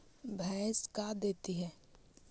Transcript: भैंस का देती है?